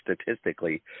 statistically